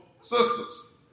sisters